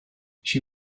she